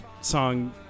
song